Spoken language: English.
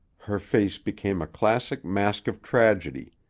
her face became a classic mask of tragedy,